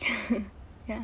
ya